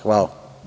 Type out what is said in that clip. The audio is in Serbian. Hvala.